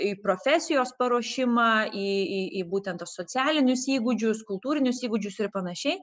į profesijos paruošimą į į būtent ir socialinius įgūdžius kultūrinius įgūdžius ir pan